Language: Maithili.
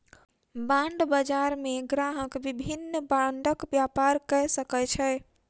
बांड बजार मे ग्राहक विभिन्न बांडक व्यापार कय सकै छै